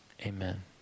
amen